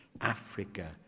Africa